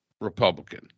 Republican